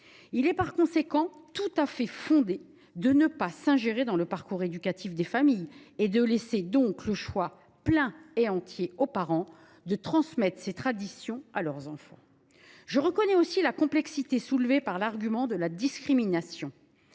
; par conséquent, il est fondé de ne pas chercher à s’ingérer dans le parcours éducatif des familles, et de laisser le choix plein et entier aux parents de transmettre ces traditions à leurs enfants. Je reconnais aussi la complexité soulevée par l’argument de la discrimination.